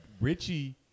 Richie